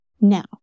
Now